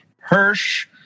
hirsch